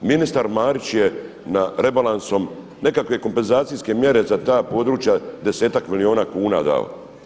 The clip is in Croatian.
Ministar Marić je na, rebalansom, nekakve kompenzacijske mjere za ta područja desetak milijuna kuna dao.